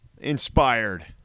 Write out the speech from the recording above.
Inspired